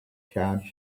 charged